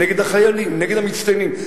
נגד החיילים, נגד המצטיינים?